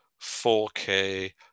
4K